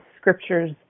scriptures